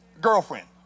girlfriend